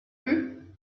plus